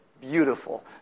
Beautiful